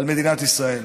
על מדינת ישראל.